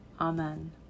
amen